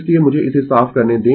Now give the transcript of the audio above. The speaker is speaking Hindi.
इसलिए मुझे इसे साफ करने दें